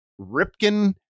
Ripken